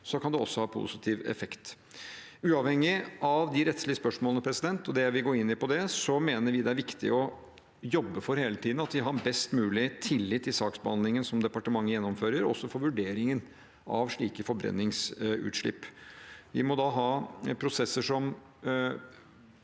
kan det også ha en positiv effekt. Uavhengig av de rettslige spørsmålene og det jeg vil gå inn i med hensyn til det, mener vi det er viktig hele tiden å jobbe for at vi har best mulig tillit til saksbehandlingen som departementet gjennomfører, også for vurderingen av slike forbrenningsutslipp. Vi må da ha prosesser som